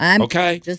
Okay